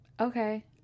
okay